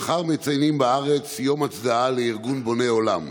מחר מציינים בארץ יום הצדעה לארגון בוני עולם,